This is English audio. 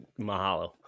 Mahalo